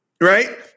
right